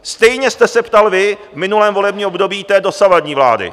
Stejně jste se ptal vy v minulém volebním období dosavadní vlády.